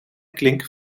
klink